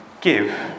give